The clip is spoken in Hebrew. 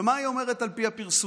ומה היא אומרת, על פי הפרסומים